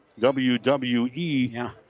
WWE